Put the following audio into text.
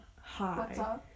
hi